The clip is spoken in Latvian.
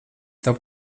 tev